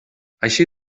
així